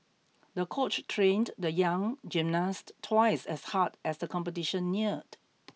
the coach trained the young gymnast twice as hard as the competition neared